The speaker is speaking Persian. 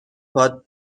پات